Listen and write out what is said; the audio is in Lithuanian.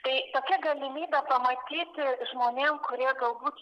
tai tokia galimybė pamatyti žmonėm kurie galbūt